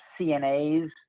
CNAs